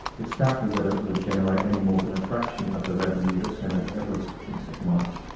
it's doubtful whether it would generate any more than a fraction of the revenue that senator edwards thinks it might.